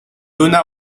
una